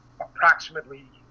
approximately